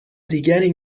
دیگری